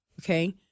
Okay